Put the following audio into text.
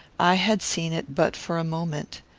i had seen it but for a moment.